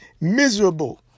miserable